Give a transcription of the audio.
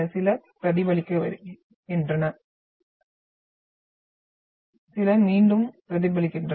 சில பிரதிபலிக்கின்றன சில மீண்டும் பிரதிபலிக்கின்றன